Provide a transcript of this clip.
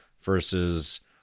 versus